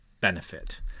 benefit